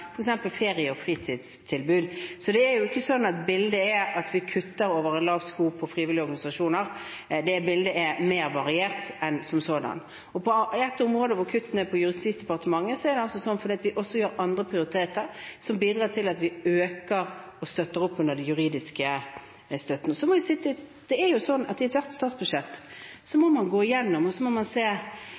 ferie- og fritidstilbud. Så det er ikke sånn at bildet er at vi kutter over en lav sko til frivillige organisasjoner, bildet er mer variert enn som så. På et område, hvor kuttene er på Justis- og beredskapsdepartementets budsjett, er det fordi vi også gjør andre prioriteringer som bidrar til at vi øker og støtter opp under den juridiske støtten. Jeg må si at i ethvert statsbudsjett må man gå gjennom og